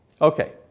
Okay